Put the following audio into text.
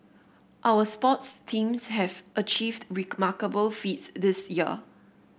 our sports teams have achieved remarkable feats this year